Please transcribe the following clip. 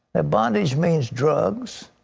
that bondage means drugs,